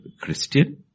Christian